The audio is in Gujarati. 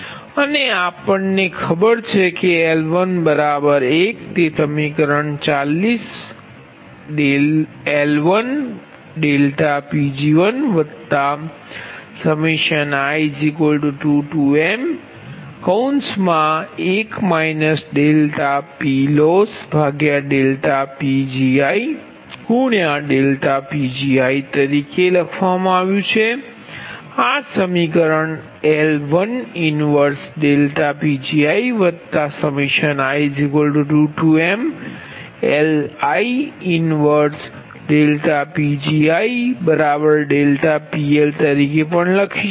અને આપણ ને ખબર છે કે L11 તેથી સમીકરણ 40 L1∆Pg1i2m1 PLossPgi∆Pgiતરીકે લખવામાં આવ્યુ છે આ સમીકરણ L1 1∆Pgii2mLi 1∆Pgi∆PL તરીકે પણ લખી શકાય